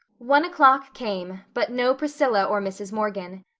one o'clock came. but no priscilla or mrs. morgan.